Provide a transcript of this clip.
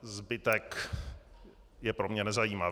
Zbytek je pro mě nezajímavý.